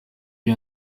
iyo